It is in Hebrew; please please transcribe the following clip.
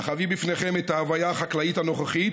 אך אביא בפניכם את ההוויה החקלאית הנוכחית,